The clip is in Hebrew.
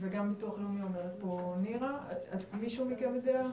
גם בביטוח לאומי אומרת פה נירה, מישהו מכם יודע?